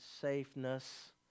safeness